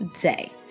day